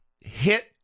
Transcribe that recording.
hit